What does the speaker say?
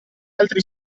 altri